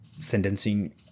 Sentencing